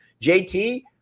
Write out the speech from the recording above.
JT